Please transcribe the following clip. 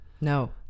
No